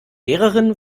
lehrerin